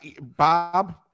Bob